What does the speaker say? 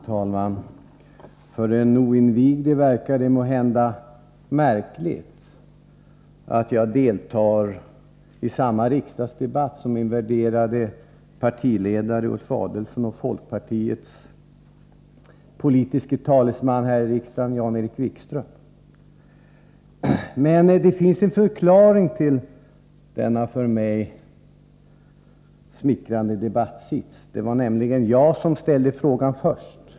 Fru talman! För den oinvigde verkar det måhända märkligt att jag deltar i samma riksdagsdebatt som min värderade partiledare Ulf Adelsohn och folkpartiets politiske talesman här i riksdagen Jan-Erik Wikström. Men det finns en förklaring till denna för mig smickrande debattsits. Det var nämligen jag som ställde frågan först.